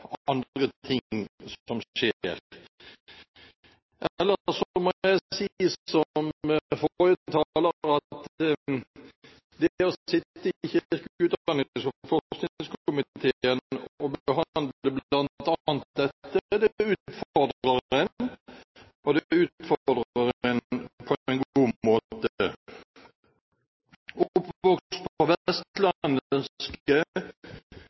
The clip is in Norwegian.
av andre ting som skjer. Ellers må jeg si, som forrige taler, at det å sitte i kirke-, utdannings- og forskningskomiteen og behandle bl.a. dette utfordrer en, og det utfordrer en på en god måte.